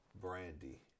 brandy